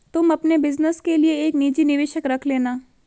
तुम अपने बिज़नस के लिए एक निजी निवेशक रख लेना